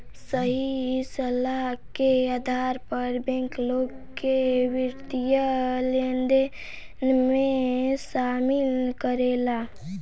सही सलाह के आधार पर बैंक, लोग के वित्तीय लेनदेन में शामिल करेला